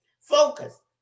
Focus